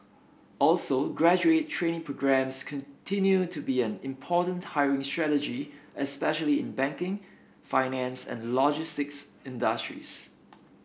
also graduate trainee programmes continue to be an important hiring strategy especially in banking finance and logistics industries